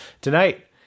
Tonight